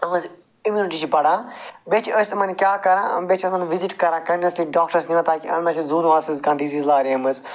یِہٕنٛز اِمیوٗنٹی چھِ بَڑان بیٚیہِ چھِ أسۍ یِمَن کیٛاہ کران بیٚیہِ چھِ یِمَن وِزِٹ کران کَنٹِنیوٗسلی ڈاکٹرس نِوان تاکہِ یِمَن مَہ چھِ کانٛہہ ڈِزیٖز لاریمٕژ